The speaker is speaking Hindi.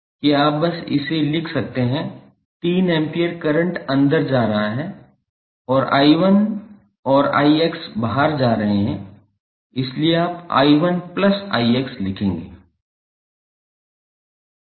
कि आप बस इसे लिख सकते हैं 3 एम्पीयर करंट अंदर जा रहा है और 𝐼1 और 𝑖𝑥 बाहर जा रहे हैं इसलिए आप 𝐼1𝑖𝑥 लिखेंगे